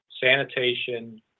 sanitation